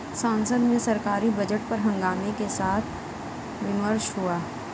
संसद में सरकारी बजट पर हंगामे के साथ विमर्श हुआ